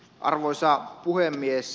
arvoisa puhemies